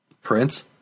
Prince